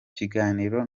kiganiro